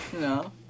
No